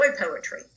poetry